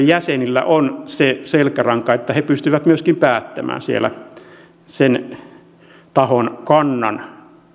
jäsenillä on se selkäranka että he pystyvät myöskin päättämään siellä sen tahon kannan